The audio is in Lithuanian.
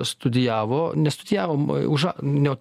studijavo nestudijavom už a ne ot